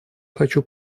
хочу